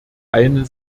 eine